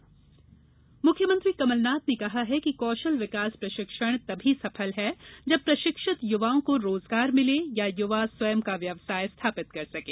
कमलनाथ रोजगार मुख्यमंत्री कमलनाथ ने कहा है कि कौशल विकास प्रशिक्षण तभी सफल है जब प्रशिक्षित युवाओं को रोजगार मिले या युवा स्वयं का व्यवसाय स्थापित कर सकें